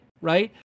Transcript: right